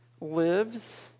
lives